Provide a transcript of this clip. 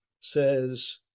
says